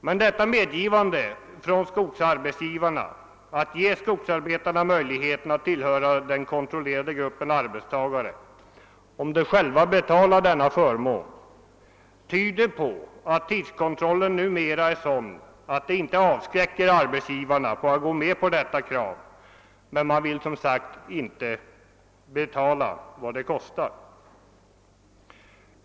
Men skogsarbetsgivarnas medgivande att ge skogsarbetarna möjlighet att tillhöra den kontrollerade gruppen arbetstagare, om de senare själva betalar denna förmån, tyder på att tidskontrollen numera är sådan, att det inte avskräcker arbetsgivarna att gå med på detta krav. Men de vill som sagt inte betala vad det kostar.